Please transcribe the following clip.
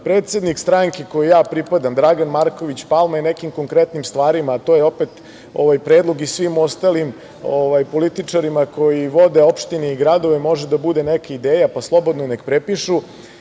stranke kojoj pripadam Dragan Marković Palma je nekim konkretnim stvarima, a to je opet ovaj predlog i svim ostalim političarima koji vode opštine i gradove to može da bude neka ideja, pa slobodno nek prepišu,